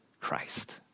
Christ